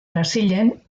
brasilen